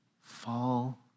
fall